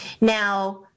Now